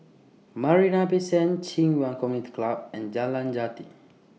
Marina Bay Sands Ci Yuan Community Club and Jalan Jati